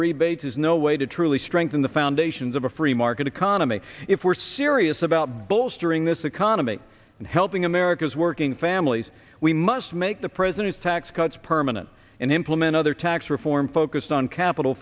rebates is no way to truly strengthen the foundations of a free market economy if we're serious about bolstering this economy and helping america's working families we must make the president's tax cuts permanent and implement other tax reform focused on capital